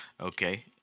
Okay